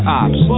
ops